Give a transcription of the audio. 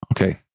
Okay